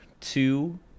two